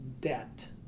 debt